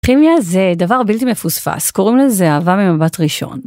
כימיה זה דבר בלתי מפוספס, קוראים לזה אהבה ממבט ראשון.